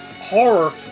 horror